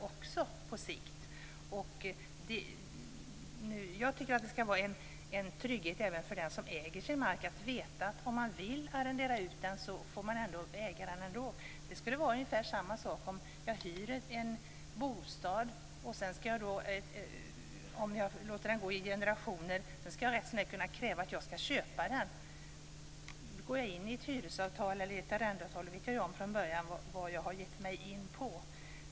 Det skall även finnas en trygghet för den som äger sin mark, dvs. att om man vill arrendera ut den så måste man kunna få äga den ändå. Liknande gäller vid hyra av bostad. Om jag hyr en bostad som överlåtits mellan generationer, skall jag då ha rätt att kräva att få köpa den? Om jag går in i ett hyres eller arrendeavtal, vet jag från början vad jag har gett mig in på.